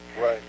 Right